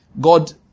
God